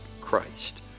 Christ